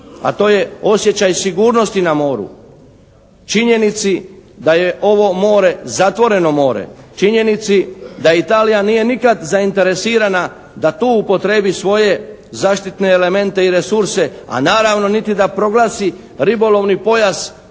a to je osjećaj sigurnosti na moru, činjenici da je ovo more zatvoreno more, činjenici da Italija nije nikad zainteresirana da tu upotrijebi svoje zaštitne elemente i resurse a naravno niti da proglasi ribolovni pojas